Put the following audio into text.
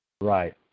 Right